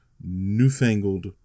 newfangled